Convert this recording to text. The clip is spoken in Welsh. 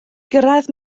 gyrraedd